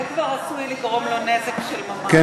זה כבר עשוי לגרום לו נזק של ממש.